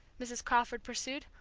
mrs. crawford pursued.